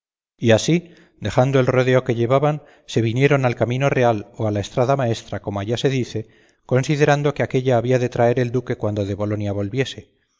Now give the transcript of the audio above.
y así dejando el rodeo que llevaban se vinieron al camino real o a la estrada maestra como allá se dice considerando que aquélla había de traer el duque cuando de bolonia volviese